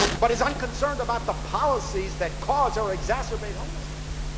but is unconcerned about the policies that cause or exacerbate homelessness?